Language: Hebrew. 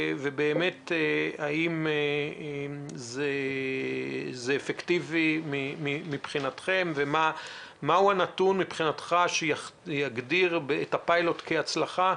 האם זה אפקטיבי מבחינתכם ומהו הנתון שיגדיר את הפיילוט כהצלחה,